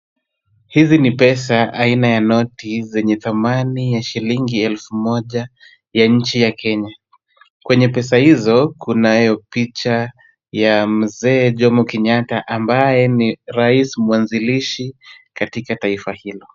Hizi ni pesa aina ya noti zenye thamani ya shilingi elfu moja ya nchi ya Kenya. Kwenye pesa hizo, kunayo picha ya mzee Jomo Kenyatta ambaye ni rais mwanzilishi katika taifa hilo.